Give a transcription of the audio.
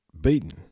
beaten